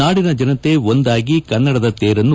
ನಾಡಿನ ಜನತೆ ಒಂದಾಗಿ ಕನ್ನಡದ ತೇರನ್ನು